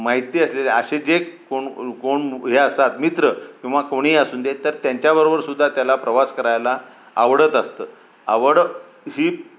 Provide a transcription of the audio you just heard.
माहिती असलेले असे जे कोण कोण हे असतात मित्र किंवा कोणीही असूदे तर त्यांच्याबरोबर सुद्धा त्याला प्रवास करायला आवडत असतं आवड ही